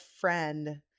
friend